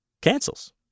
Cancels